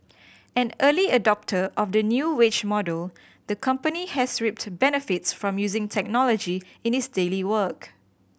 an early adopter of the new wage model the company has reaped benefits from using technology in its daily work